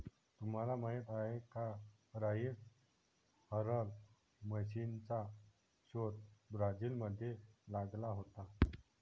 तुम्हाला माहीत आहे का राइस हलर मशीनचा शोध ब्राझील मध्ये लागला होता